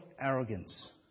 arrogance